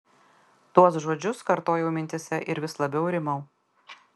tuos žodžius kartojau mintyse ir vis labiau rimau